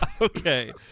Okay